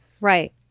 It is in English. Right